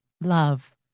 love